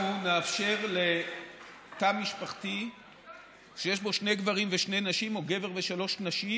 נאפשר לתא משפחתי שיש בו שני גברים ושתי נשים או גבר ושלוש נשים,